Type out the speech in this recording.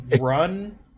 run